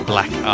Black